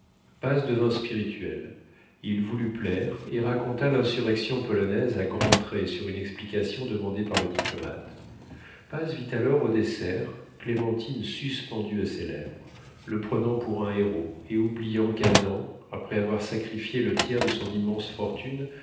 paz devint spirituel il voulut plaire et raconta l'insurrection polonaise à grands traits sur une explication demandée par le diplomate paz vit alors au dessert clémentine suspendue à ses lèvres le prenant pour un héros et oubliant qu'adam après avoir sacrifié le tiers de son immense fortune